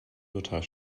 luther